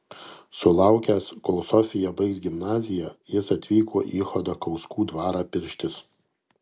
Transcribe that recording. sulaukęs kol sofija baigs gimnaziją jis atvyko į chodakauskų dvarą pirštis